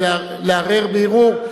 לערער בערעור,